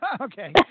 Okay